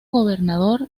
gobernador